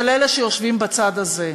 של אלה שיושבים בצד הזה.